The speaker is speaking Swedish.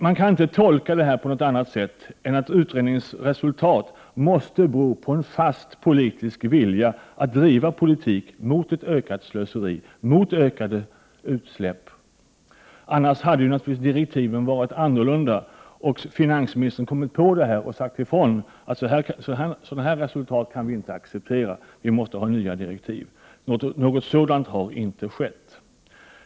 Man kan inte göra någon annan tolkning än den att resultatet av utredningen måste bero på en fast politisk vilja att driva en politik som innebär ett ökat slöseri och ökade utsläpp. I annat fall hade direktiven naturligtvis varit annorlunda. Finansministern skulle ha sagt ifrån. Han skulle ha sagt att sådana här resultat inte kan accepteras utan att det måste komma nya direktiv. Men det har inte skett.